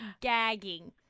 gagging